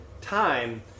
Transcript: time